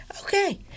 okay